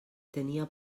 tenia